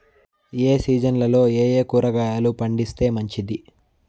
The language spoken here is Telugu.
ఏ సీజన్లలో ఏయే కూరగాయలు పండిస్తే మంచిది